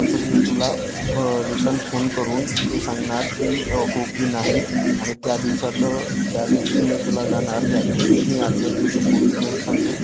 तसंच मी तुला रिटर्न फोन करून ते सांगणार की हो की नाही आणि त्या दिवसाचं ज्या दिवशी मी तुला जाणार त्या दिवशी मी आधल्या दिवशी फोन करून सांगेल